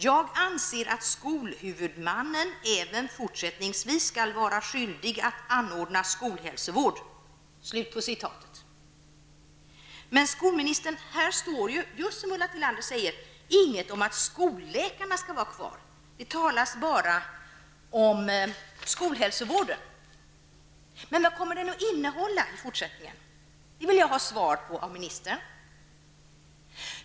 ''Jag anser att skolhuvudmannen även fortsättningsvis skall vara skyldig att anordna skolhälsovård'', men, skolministern, här står ju, precis som Ulla Tillander säger, inget om att skolläkarna skall vara kvar. Det talas bara om skolhälsovården. Men vad kommer den att innehålla i fortsättningen? Det vill jag ha svar på av ministern.